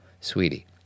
Sweetie